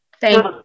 Thank